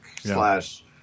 slash